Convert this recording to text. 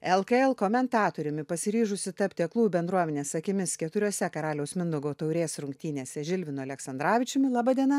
lkl komentatoriumi pasiryžusi tapti aklųjų bendruomenės akimis keturiuose karaliaus mindaugo taurės rungtynėse žilvinu aleksandravičiumi laba diena